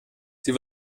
sie